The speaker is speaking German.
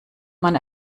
man